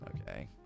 Okay